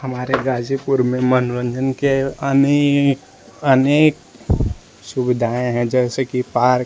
हमारे गाजीपुर में मनोरंजन के अनेक अनेक सुविधाएँ हैं जैसे कि पार्क